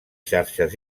xarxes